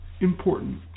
important